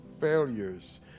failures